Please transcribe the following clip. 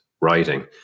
writing